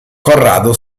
corrado